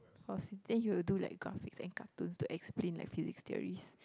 then he will do like graphics and cartoons to explain like physics theories